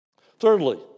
Thirdly